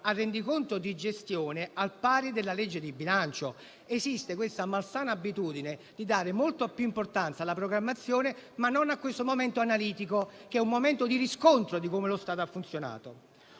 al rendiconto di gestione al pari della legge di bilancio. Esiste la malsana abitudine di dare molto più importanza alla programmazione, ma non a questo momento analitico, che è un momento di riscontro di come lo Stato ha funzionato.